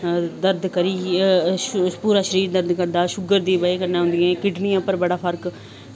दर्द करी पूरा शरीऱ दर्द करदा शूगर दी बज़ा कन्नै उंदी किडनियें पर बड़ा फर्क